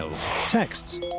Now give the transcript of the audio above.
texts